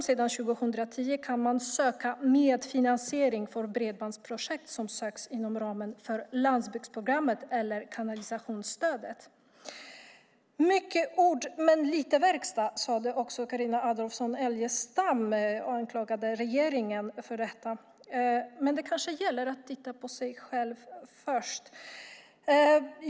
Sedan 2010 kan man dessutom söka medfinansiering för bredbandsprojekt inom ramen för landsbygdsprogrammet eller kanalisationsstödet. Carina Adolfsson Elgestam anklagar regeringen för mycket snack och lite verkstad. Men man ska kanske titta på sig själv först.